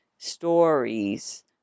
Stories